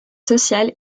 social